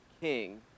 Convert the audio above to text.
king